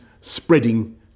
spreading